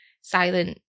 silent